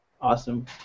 Awesome